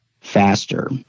faster